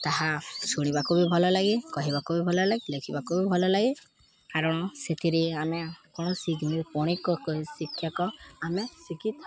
ତାହା ଶୁଣିବାକୁ ବି ଭଲ ଲାଗେ କହିବାକୁ ବି ଭଲ ଲାଗେ ଲେଖିବାକୁ ବି ଭଲ ଲାଗେ କାରଣ ସେଥିରେ ଆମେ କୌଣସି ପୌଣିକକ ଶିକ୍ଷକ ଆମେ ଶିଖିଥାଉ